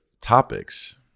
topics